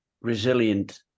resilient